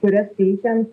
kurias teikiant